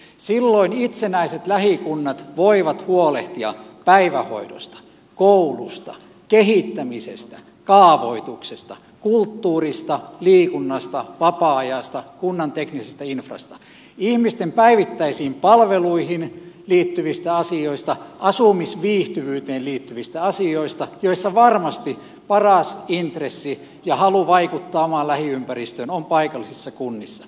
silloin itsenäiset lähikunnat voivat huolehtia päivähoidosta koulusta kehittämisestä kaavoituksesta kulttuurista liikunnasta vapaa ajasta ja kunnan teknisestä infrasta ihmisten päivittäisiin palveluihin liittyvistä asioista ja asumisviihtyvyyteen liittyvistä asioista joissa varmasti paras intressi ja halu vaikuttaa omaan lähiympäristöön on paikallisissa kunnissa